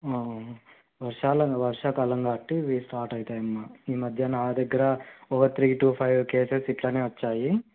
వర్షాలను వర్షాకాలం కాబట్టి ఇవి స్టార్ట్ అవుతాయి అమ్మ ఈ మధ్య నా దగ్గర ఒక త్రీ టు ఫైవ్ కేసెస్ ఇట్లానే వచ్చాయి